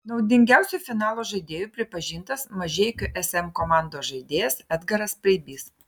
naudingiausiu finalo žaidėju pripažintas mažeikių sm komandos žaidėjas edgaras preibys